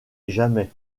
jamais